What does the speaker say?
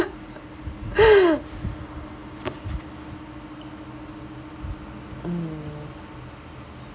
mm